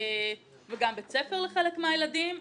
וגם בית ספר לחלק מהילדים.